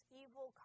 evil